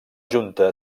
junta